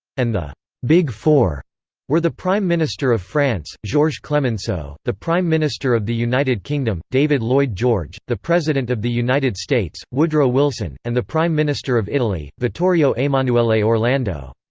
and the big four were the prime minister of france, georges clemenceau the prime minister of the united kingdom, david lloyd george the president of the united states, woodrow wilson and the prime minister of italy, vittorio emanuele orlando.